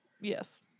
Yes